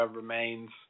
remains